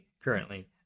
currently